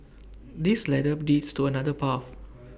this ladder leads to another path